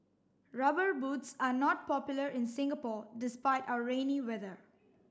rubber boots are not popular in Singapore despite our rainy weather